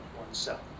oneself